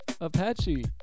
Apache